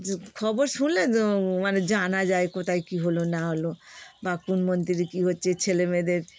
যে খবর শুনলে তো মানে জানা যায় কোথায় কী হলো না হলো বা কোন মন্ত্রীর কী হচ্ছে ছেলেমেয়েদের